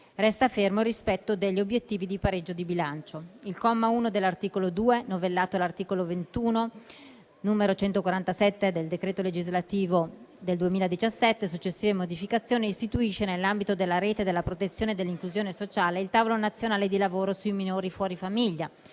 Resta fermo il rispetto degli obiettivi di pareggio di bilancio. Il comma 1 dell'articolo 2, novellando l'articolo 21 del decreto legislativo n. 147 del 2017 e successive modificazioni, istituisce, nell'ambito della rete della protezione e dell'inclusione sociale, il tavolo nazionale di lavoro sui minori fuori famiglia,